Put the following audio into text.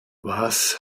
was